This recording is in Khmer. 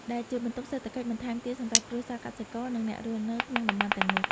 ដែលជាបន្ទុកសេដ្ឋកិច្ចបន្ថែមទៀតសម្រាប់គ្រួសារកសិករ និងអ្នករស់នៅក្នុងតំបន់ទាំងនោះ។